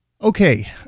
okay